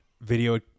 video